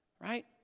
right